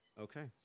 Okay